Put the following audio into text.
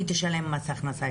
היא תשלם יותר מס הכנסה,